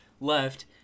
left